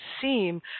seem